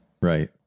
Right